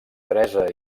teresa